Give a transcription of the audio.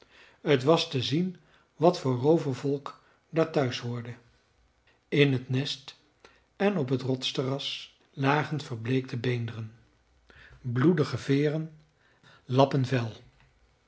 t was te zien wat voor roovervolk daar thuis hoorde in t nest en op het rotsterras lagen verbleekte beenderen bloedige veeren lappen vel